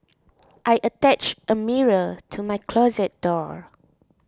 I attached a mirror to my closet door